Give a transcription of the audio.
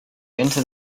into